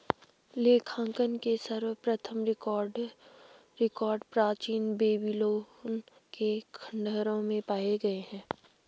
लेखांकन के सर्वप्रथम रिकॉर्ड प्राचीन बेबीलोन के खंडहरों में पाए गए हैं